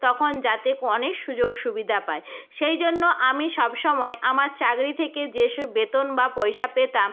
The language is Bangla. তখন যাতে অনেক সুযোগ সুবিধা পায় সেই জন্য আমি সব সময় আমার চাকরি থেকে যেসব বেতন বা পয়সা পেতাম